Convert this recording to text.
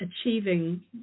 achieving